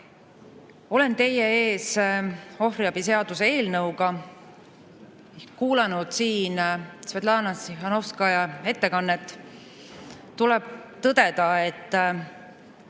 Olen teie ees ohvriabi seaduse eelnõuga. Kuulanud siin Svjatlana Tsihhanovskaja ettekannet, tuleb tõdeda, et